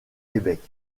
québec